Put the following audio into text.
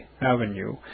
Avenue